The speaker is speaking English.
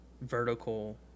vertical